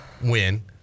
win